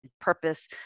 purpose